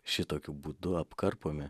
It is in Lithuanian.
šitokiu būdu apkarpomi